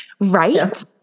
right